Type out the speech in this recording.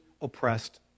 oppressed